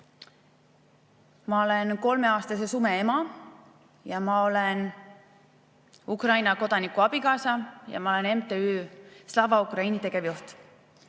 ma olen kolmeaastase Sume ema ja ma olen Ukraina kodaniku abikaasa ja ma olen MTÜ Slava Ukraini tegevjuht.